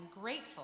grateful